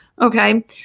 Okay